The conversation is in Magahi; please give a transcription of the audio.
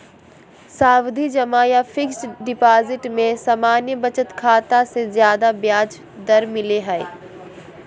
सावधि जमा या फिक्स्ड डिपाजिट में सामान्य बचत खाता से ज्यादे ब्याज दर मिलय हय